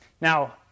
Now